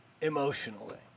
emotionally